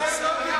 לא נשב.